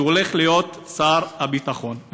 שהולך להיות שר הביטחון.